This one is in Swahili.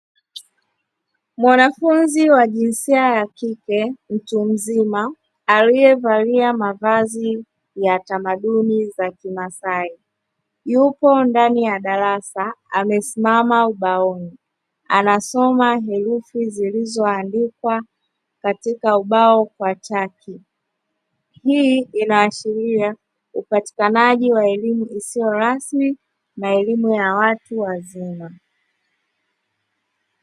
Mwanafunzi wa jinsia ya kike mtu mzima aliyevalia mavazi ya tamaduni za kimasai, tupo ndani ya darasa amesimama ubaoni, anasoma herufi zilizoandikwa katika ubao kwa chaki, hii inaashiria upatikanaji wa elimu isiyorasmi na elimu ya watu wazima.